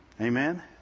Amen